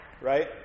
right